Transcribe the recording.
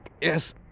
Yes